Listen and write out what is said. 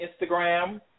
Instagram